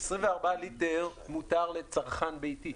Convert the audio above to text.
24 ליטר מותר לצרכן ביתי.